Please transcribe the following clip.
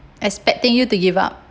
expecting you to give up